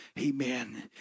Amen